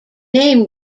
name